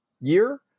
year